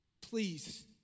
please